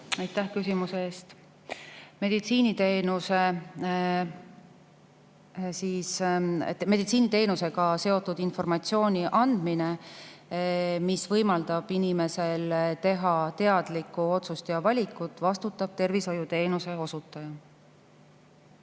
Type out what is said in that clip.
Aitäh küsimuse eest! Meditsiiniteenusega seotud informatsiooni andmise eest, mis võimaldab inimesel teha teadlikku otsust ja valikut, vastutab tervishoiuteenuse osutaja.